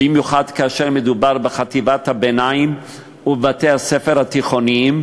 במיוחד כאשר מדובר בחטיבות הביניים ובבתי-הספר התיכוניים,